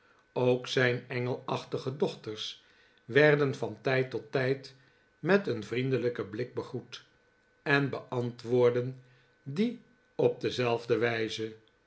ook zijn engelachtige dochters werden van tijd tot tijd met een vriendelijken blik begroet en beantwoordden dien op dezelfde wijze